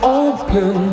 open